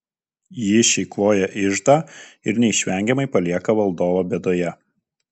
ji išeikvoja iždą ir neišvengiamai palieka valdovą bėdoje